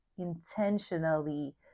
intentionally